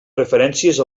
referències